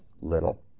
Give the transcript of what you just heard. little